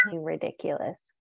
ridiculous